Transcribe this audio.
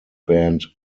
band